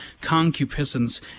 concupiscence